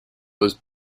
was